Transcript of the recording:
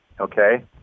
okay